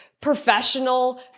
professional